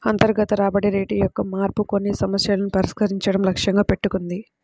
అంతర్గత రాబడి రేటు యొక్క మార్పు కొన్ని సమస్యలను పరిష్కరించడం లక్ష్యంగా పెట్టుకుంది